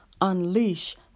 Unleash